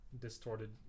distorted